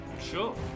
sure